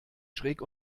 schräg